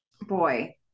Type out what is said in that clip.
boy